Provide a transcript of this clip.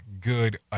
good